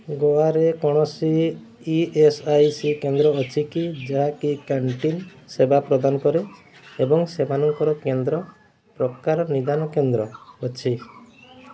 ଗୋଆରେ କୌଣସି E S I C କେନ୍ଦ୍ର ଅଛି କି ଯାହାକି କ୍ୟାଣ୍ଟିନ୍ ସେବା ପ୍ରଦାନ କରେ ଏବଂ ସେମାନଙ୍କର କେନ୍ଦ୍ର ପ୍ରକାର ନିଦାନ କେନ୍ଦ୍ର ଅଛି